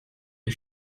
des